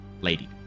lady